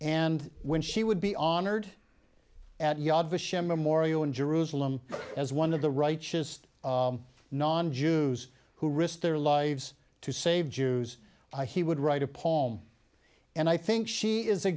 and when she would be honored at yad vashem memorial in jerusalem as one of the righteous non jews who risked their lives to save jews he would write a poem and i think she is a